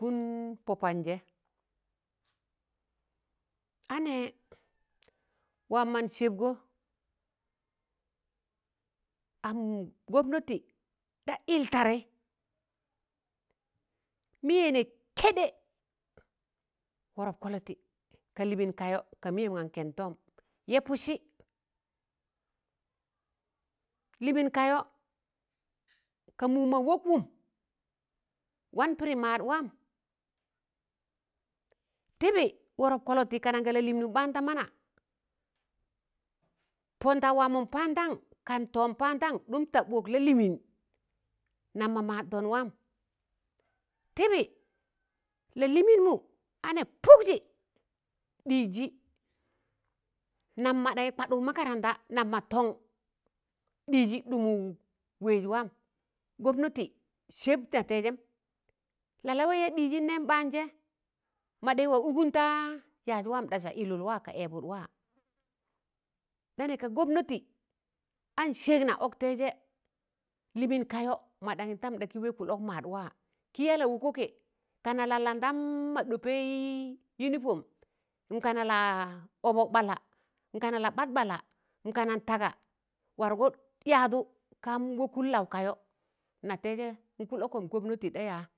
npọpandjẹ, a nẹẹ waam man sẹbgọ am gomnati ɗa ịl tadẹị, mụyẹ nẹ kẹɗẹ wọrọp kọlọtị ka lịịn kayọ, ka mịyẹm gan kẹnd tọọm yẹpụt sị lịmịịn kayọ ka mụụm mọ wọkwụm wan pịdị maad waam, tịbị wọrọp kọlọtị kana nga lalịịnụm ɓaan da mana, pọndaụ waamụn pamdan kan tọọm pandan ɗụm tab wọk lalịgịịn nam mọ maadtọn waam. Tịbị lalịịnmụ a nẹẹ pụgjị ɗịịɗjị nam maɗaṇyị kwaḍụk makaranta nam ma tọn ɗịzị ɗụmụg wẹẹz waam gomnati sẹb na tẹịjẹm. Lalawaị ya ɗịịzịm ɓaanjẹ maḍaị wa wụgụn da yaaz waam ɗasa ịlụl waa kan ẹẹ bụdwaa da nẹ ka gomnati an sẹgna ọktaịjẹ lịwịn kaịyọ ma ɗ̣aṇyị ndam da kị wẹẹ kụlọk maadwa, kị ya la wọkwọkẹ, kana la landam ma ɗọpẹị uniform kana la ọbọk ɓalla, kana la-ɓad ɓalla, n kanan taga wargọ yaadụ kaam wọkụn laụ kayọ Na tẹịjẹ n kụlọkọm gomnati ɗa yaa.